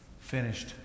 finished